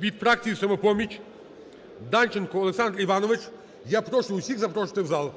від фракції "Самопоміч" – Данченко Олександр Іванович. Я прошу усіх запрошуйте в зал.